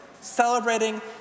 celebrating